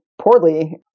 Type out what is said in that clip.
poorly